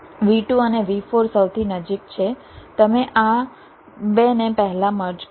V2 અને V4 સૌથી નજીક છે તમે આ 2 ને પહેલા મર્જ કરો